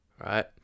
right